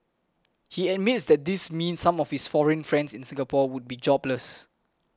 he admits that this means some of his foreign friends in Singapore would be jobless